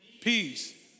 peace